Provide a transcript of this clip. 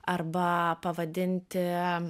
arba pavadinti